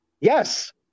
Yes